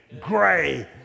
Gray